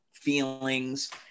feelings